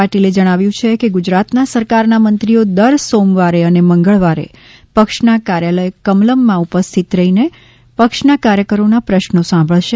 પાટિલે જણાવ્યું છે કે ગુજરાત સરકારના મંત્રીઓ દર સોમવાર અને મંગળવારે પક્ષના કાર્યાલય કમલમમાં ઉપસ્થિત રહીને પક્ષના કાર્યકરોના પ્રશ્નો સાંભળશે